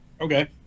Okay